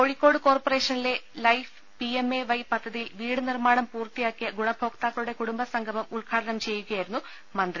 കോഴിക്കോട് കോർപ്പറേഷനിലെ life P M A Y പദ്ധതിയിൽ വീട് നിർമാണം പൂർത്തിയാക്കിയ ഗുണഭോക്താക്കളുടെ കുടുംബസംഗമം ഉദ്ഘാടനം ചെയ്യുകയായിരുന്നു മന്ത്രി